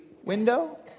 Window